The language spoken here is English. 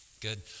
Good